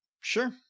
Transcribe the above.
Sure